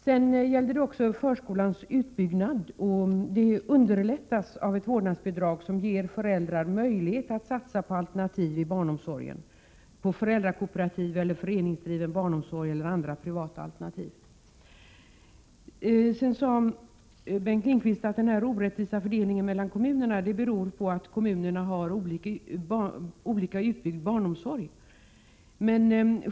Det gäller också förskolans utbyggnad, och den underlättas av ett vårdnadsbidrag som ger föräldrar möjlighet att satsa på alternativ i barnomsorgen, på föräldrakooperativ, föreningsdriven barnomsorg eller andra privata alternativ. Bengt Lindqvist sade vidare att den orättvisa fördelningen mellan kommu nerna beror på att kommunernas utbyggnad av barnomsorgen varierar.